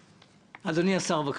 אדוני השר, בבקשה.